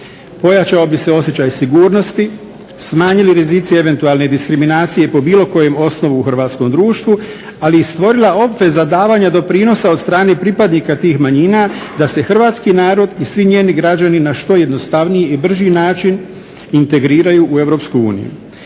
Pojačao bi se osjećaj sigurnosti, smanjili rizici eventualne diskriminacije po bilo kojem osnovu u hrvatskom društvu, ali i stvorila obveza davanja doprinosa od strane pripadnika tih manjina da se hrvatski narod i svi njeni građani na što jednostavni i brži način integriraju u EU.